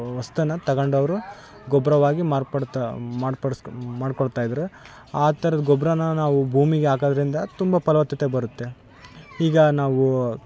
ವಸ್ತುವನ್ನ ತಗೊಂಡ್ ಅವ್ರು ಗೊಬ್ಬರವಾಗಿ ಮಾರ್ಪಡ್ತಾ ಮಾರ್ಪಡ್ಸ್ ಮಾಡ್ಕೊಳ್ತಾಯಿದ್ರು ಆ ಥರದ್ ಗೊಬ್ಬರನ ನಾವು ಭೂಮಿಗೆ ಹಾಕಾದ್ರಿಂದ ತುಂಬ ಫಲವತ್ತತೆ ಬರುತ್ತೆ ಈಗ ನಾವೂ